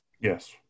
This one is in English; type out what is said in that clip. Yes